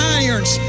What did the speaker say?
irons